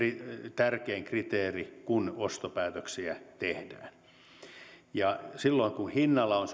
tärkein kriteeri kun ostopäätöksiä tehdään silloin kun hinnalla on